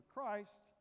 Christ